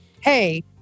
Hey